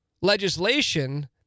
legislation